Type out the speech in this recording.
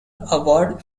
award